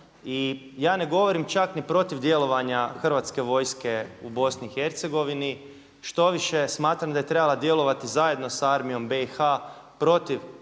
I ja ne govorim čak ni protiv djelovanja Hrvatske vojske u Bosni i Hercegovini, štoviše smatram da je trebala djelovati zajedno sa armijom BiH-a protiv